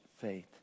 faith